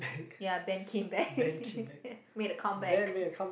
ya band came back made a comeback